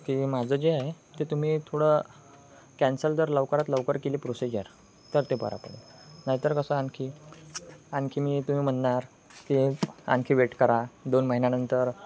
ते माझं जे आहे ते तुम्ही थोडं कॅन्सल जर लवकरात लवकर केली प्रोसिजर तर ते बरं पडेल नाहीतर कसं आणखी आणखी मी तुम्ही म्हणणार की आणखी वेट करा दोन महिन्यानंतर